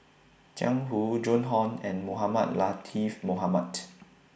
Jiang Hu Joan Hon and Mohamed Latiff Mohamed